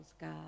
God